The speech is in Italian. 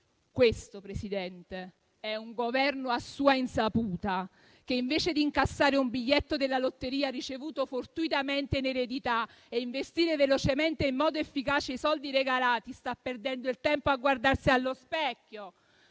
Questo, Presidente, è un Governo a sua insaputa, che, invece di incassare un biglietto della lotteria ricevuto fortuitamente in eredità e investire velocemente e in modo efficace i soldi regalati, sta perdendo tempo a guardarsi allo specchio.